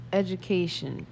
education